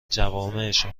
جوامعشان